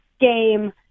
game